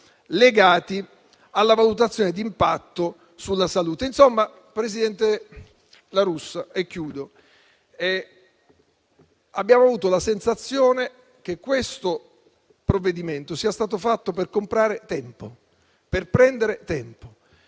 legati alla valutazione di impatto sulla salute. Insomma, presidente La Russa, abbiamo avuto la sensazione che questo provvedimento sia stato fatto per comprare tempo, per prendere tempo,